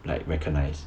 like recognized